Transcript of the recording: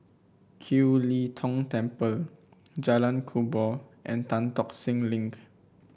Kiew Lee Tong Temple Jalan Kubor and Tan Tock Seng Link